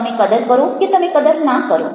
તમે કદર કરો કે તમે કદર ના કરો